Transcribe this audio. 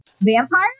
Vampire